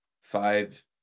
five